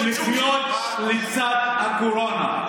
הבנת, ולחיות לצד הקורונה.